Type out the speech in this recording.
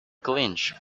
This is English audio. clenched